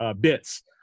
bits